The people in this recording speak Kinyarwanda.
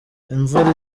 imvura